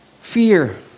fear